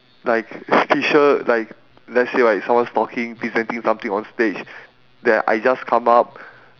like pretty sure like let's say right someone's talking presenting something on stage then I just come up